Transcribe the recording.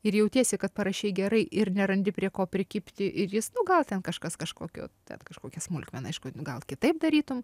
ir jautiesi kad parašei gerai ir nerandi prie ko prikibti ir jis nu gal ten kažkas kažkokio ten kažkokią smulkmeną aišku nu gal kitaip darytum